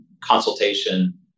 consultation